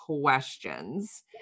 questions